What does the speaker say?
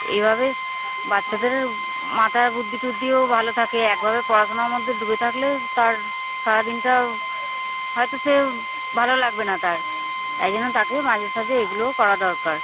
এইভাবে বাচ্চাদের মাথার বুদ্ধি টুদ্ধিও ভালো থাকে একভাবে পড়াশোনার মধ্যে ডুবে থাকলে তার সারাদিনটা হয়তো সে ভালো লাগবে না তার তাই জন্য তাকে মাঝে সাঝে এগুলো করা দরকার